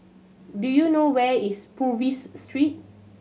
do you know where is Purvis Street